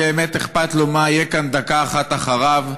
אם באמת אכפת לו מה יהיה כאן דקה אחת אחריו,